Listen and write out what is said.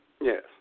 Yes